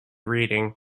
reading